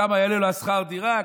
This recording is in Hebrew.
כמה יעלה לו שכר הדירה,